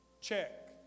check